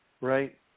right